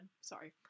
Sorry